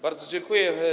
Bardzo dziękuję.